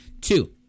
Two